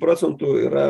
procentų yra